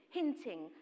hinting